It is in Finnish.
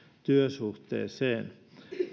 työsuhteeseen